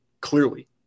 clearly